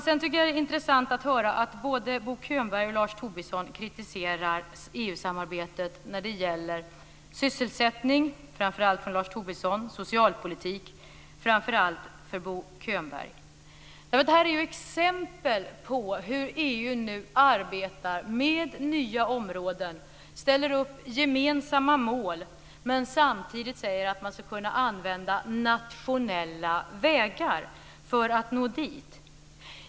Sedan tycker jag att det är intressant att höra att både Bo Könberg och Lars Tobisson kritiserar EU-samarbetet när det gäller sysselsättning - framför allt Lars Tobisson - och socialpolitik - framför allt Bo Könberg. Det här är ju exempel på hur EU nu arbetar med nya områden, ställer upp gemensamma mål men samtidigt säger att man ska kunna använda nationella vägar för att nå dit.